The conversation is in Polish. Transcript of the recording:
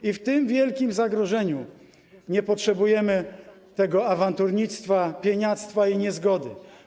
I w tym wielkim zagrożeniu nie potrzebujemy tego awanturnictwa, pieniactwa i niezgody.